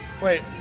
Wait